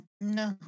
No